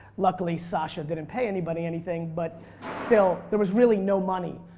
luckily, sasha didn't pay anybody anything but still there was really no money.